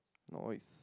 noise